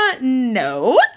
no